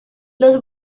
los